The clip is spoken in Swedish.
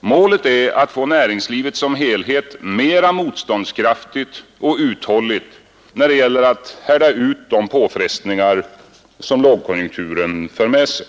Målet är att få näringslivet som helhet mera motståndskraftigt och uthålligt när det gäller att härda ut de påfrestningar som lågkonjunkturen för med sig.